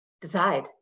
decide